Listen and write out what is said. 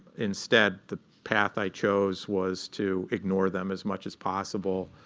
instead, the path i chose was to ignore them as much as possible.